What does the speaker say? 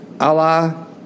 Allah